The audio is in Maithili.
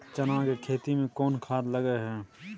चना के खेती में कोन खाद लगे हैं?